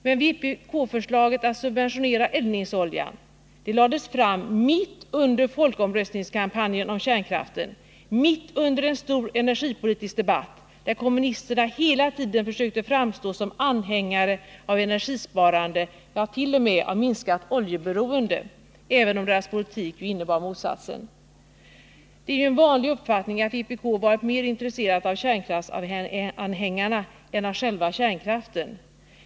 Men vpk-förslaget om att subventionera eldningsoljan lades fram mitt under folkomröstningskampanjen om kärnkraften, mitt under en stor energipolitisk debatt, där kommunisterna hela tiden försökte framstå som anhängare av energisparande, ja, t.o.m. ett minskat oljeberoende, även om deras politik ju innebar motsatsen. Det är en vanlig uppfattning att vpk varit mera intresserat av kärnkraftsanhängarna än av själva kärnkraften.